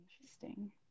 Interesting